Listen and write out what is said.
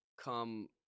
come